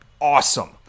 Awesome